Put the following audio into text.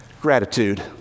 gratitude